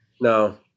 No